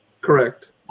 Correct